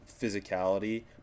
physicality